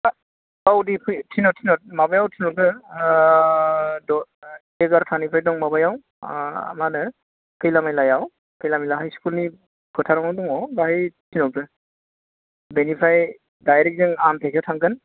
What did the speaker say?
औ दे थिनहर थिनहर माबायाव थिनहरदो ओ एगारथानिफ्राय दं माबायाव मा होनो खैला मैलाआव खैला मैला हाइस स्कुलनि फोथारावनो दङ' बाहाय थिनहरदो बिनिफ्राय दाइरेक्ट जों आमथेखा आव हाबगोन